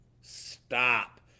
stop